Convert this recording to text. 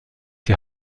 die